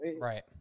right